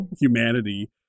humanity